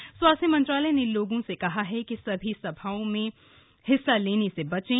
का स्वास्थ्य मंत्रालय ने लोगों से कहा है कि बड़ी सभाओं में हिस्सा लेने से बचें